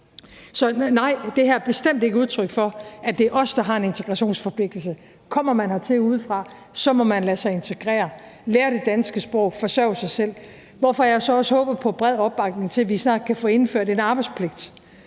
Så nej, det her er bestemt ikke udtryk for, at det er os, der har en integrationsforpligtelse. Kommer man hertil udefra, må man lade sig integrere, lære det danske sprog og forsørge sig selv, hvorfor jeg så også håber på bred opbakning til, at vi snart kan få indført en arbejdspligt,